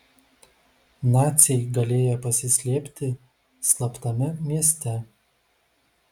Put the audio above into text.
naciai galėję pasislėpti slaptame mieste